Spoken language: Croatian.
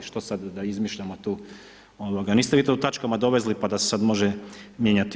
Što sad da izmišljamo tu, niste vi to u tačkama dovezli pa da se sad može mijenjati.